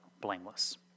blameless